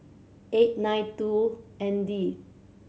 eight nine two and D